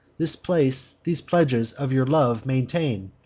this place, these pledges of your love, maintain.